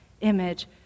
image